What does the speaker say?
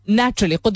naturally